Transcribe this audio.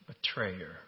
betrayer